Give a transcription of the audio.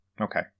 Okay